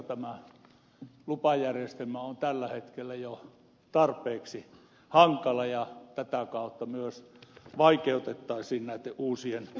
tämä lupajärjestelmä on tällä hetkellä jo tarpeeksi hankala ja tätä kautta myös vaikeutettaisiin näitten uusien alueitten käyttöönottoa